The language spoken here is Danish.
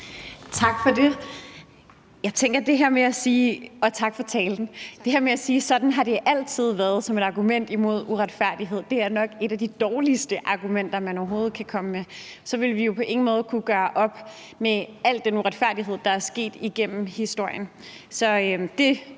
tak for talen. Jeg tænker, at det her med at sige, at sådan har det altid været, som et argument imod uretfærdighed, nok er et af de dårligste argumenter, man overhovedet kan komme med; så ville vi jo på ingen måde kunne gøre op med al den uretfærdighed, der er sket igennem historien. Så jeg